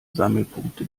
sammelpunkte